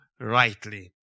rightly